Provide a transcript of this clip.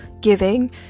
giving